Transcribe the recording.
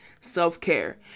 self-care